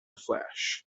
flash